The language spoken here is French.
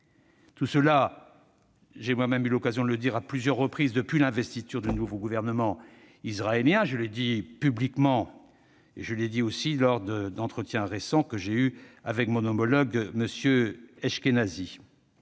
Tout cela, j'ai moi-même eu l'occasion de l'exprimer à plusieurs reprises depuis l'investiture du nouveau gouvernement israélien. Je l'ai dit à la fois publiquement et lors d'entretiens récents que j'ai eus avec mon homologue M. Ashkenazi.